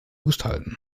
gestalten